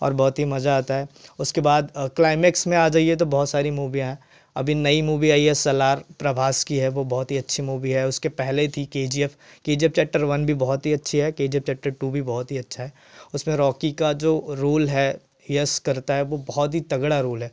और बहुत ही मज़ा आता है उसके बाद क्लाइमेक्स में आ जाइए तो बहुत सारी मूवीयाँ अभी नई मूवी आई है सलार प्रभास की है वह बहुत ही अच्छी मूवी है उसके पहले थी K G F K G F chapter one भी बहुत ही अच्छी है K G F chapter two भी बहुत ही अच्छी है उसमें रोकी का जो रोल है यश करता है वह बहुत ही तगड़ा रोल है